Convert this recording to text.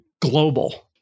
global